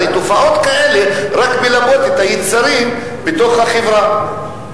הרי תופעות כאלה רק מלבות את היצרים בתוך החברה,